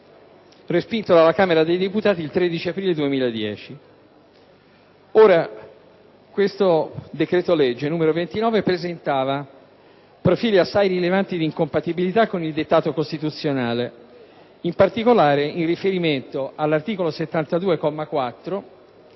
respinto dalla Camera dei deputati il 13 aprile 2010. Il decreto-legge n. 29 presentava profili assai rilevanti di incompatibilità con il dettato costituzionale, in particolare in riferimento all'articolo 72,